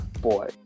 Boy